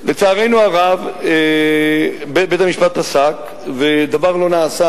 לצערנו הרב, בית-המשפט פסק, ודבר לא נעשה.